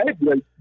Right